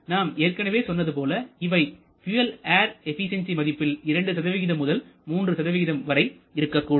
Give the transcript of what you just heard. நாம் ஏற்கனவே சொன்னது போல இவை பியூயல் ஏர் எபிசியன்சி மதிப்பில் 2 முதல் 3 வரை இருக்கக்கூடும்